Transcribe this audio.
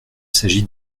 s’agit